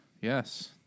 Yes